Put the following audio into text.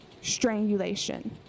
strangulation